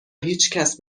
هیچکس